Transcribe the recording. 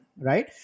right